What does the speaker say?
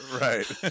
Right